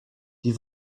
die